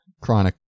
chronic